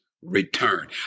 return